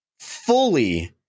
fully